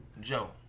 Joe